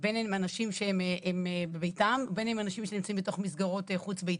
בין אם אנשים שהם בביתם ובין אם אנשים שנמצאים בתוך מסגרות חוץ ביתיות.